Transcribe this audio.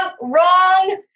wrong